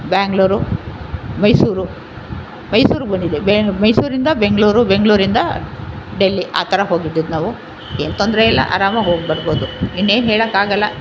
ಬೆಂಗಳೂರು ಮೈಸೂರು ಮೈಸೂರಿಗೆ ಬಂದಿದ್ದೆ ಬೆ ಮೈಸೂರಿಂದ ಬೆಂಗಳೂರು ಬೆಂಗಳೂರಿಂದ ಡೆಲ್ಲಿ ಆ ಥರ ಹೋಗಿದ್ದಿದ್ದು ನಾವು ಏನು ತೊಂದರೆ ಇಲ್ಲ ಆರಾಮಾಗಿ ಹೋಗಿ ಬರ್ಬೋದು ಇನ್ನೇನು ಹೇಳೋಕ್ಕಾಗಲ್ಲ